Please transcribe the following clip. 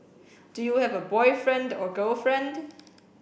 do you have a boyfriend or girlfriend